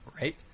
right